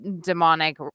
demonic